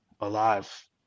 alive